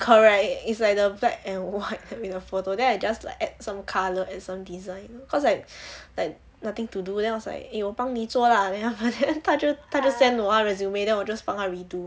correct is like the black and white with her photo then I just like add some colour add some design cause like like nothing to do then I was like eh 我帮你做啦 then after that 她就她就 send 我她 resume then 我 just 帮她 redo